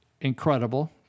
incredible